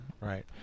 Right